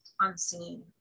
unseen